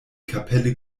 kapelle